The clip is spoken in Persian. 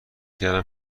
کردم